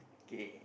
okay okay okay